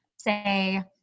say